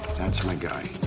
that's my guy.